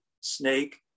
snake